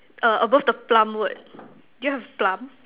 err above the plum word do you have plum